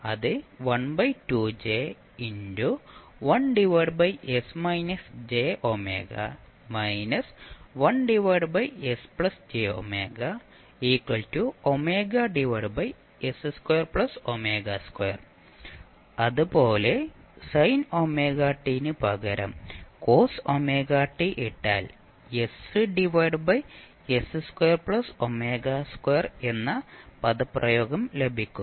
അത് അതുപോലെ നിങ്ങൾ sin ωt പകരം cos ωt ഇട്ടാൽ എന്ന പദപ്രയോഗം ലഭിക്കും